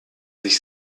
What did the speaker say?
sich